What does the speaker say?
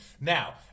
Now